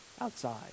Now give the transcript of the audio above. outside